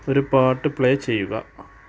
ഒര് പാട്ട് പ്ലേ ചെയ്യുക